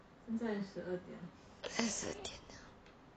才十二点天啊